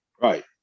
Right